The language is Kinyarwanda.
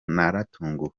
naratunguwe